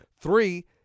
Three